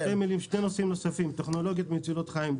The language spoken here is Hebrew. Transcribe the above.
שני נושאים נוספים: טכנולוגית מצילות חיים,